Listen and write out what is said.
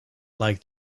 like